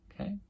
Okay